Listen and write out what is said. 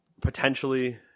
potentially